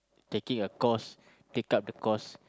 taking a course take up the course